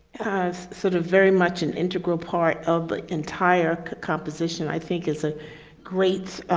of sort of very much an integral part of the entire composition. i think it's a great,